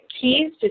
keys